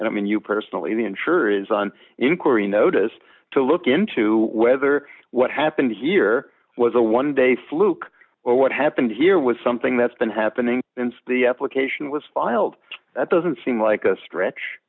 and i mean you personally the insurer is on inquiry notice to look into whether what happened here was a one day fluke or what happened here was something that's been happening and the application was filed that doesn't seem like a stretch